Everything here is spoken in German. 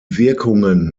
wirkungen